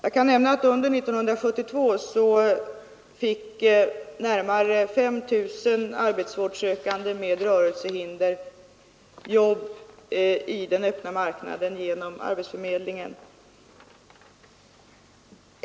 Under år 1972 fick närmare 5 009 arbetsvårdssökande med rörelsehinder jobb i den öppna marknaden genom arbetsförmedlingen.